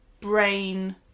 brain